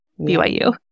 BYU